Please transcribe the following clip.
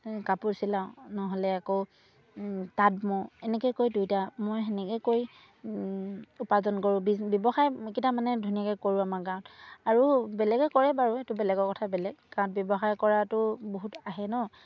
কাপোৰ চিলাওঁ নহ'লে আকৌ তাঁত বওঁ এনেকৈ কৰি দুয়োটা মই সেনেকৈ কৰি উপাৰ্জন কৰোঁ ব্যৱসায়কেইটা মানে ধুনীয়াকৈ কৰোঁ আমাৰ গাঁৱত আৰু বেলেগে কৰে বাৰু এইটো বেলেগৰ কথা বেলেগ গাঁৱত ব্যৱসায় কৰাতো বহুত আহে ন